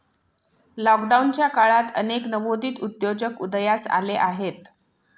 लॉकडाऊनच्या काळात अनेक नवोदित उद्योजक उदयास आले आहेत